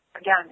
again